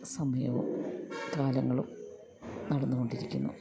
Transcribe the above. സമയവും കാലങ്ങളും നടന്നു കൊണ്ടിരിക്കുന്നു